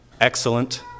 excellent